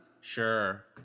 Sure